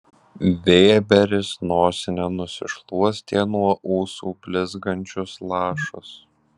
vėberis nosine nusišluostė nuo ūsų blizgančius lašus